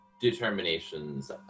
determinations